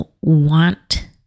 want